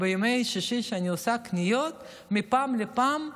או בימי שישי כשאני עושה קניות מפעם לפעם,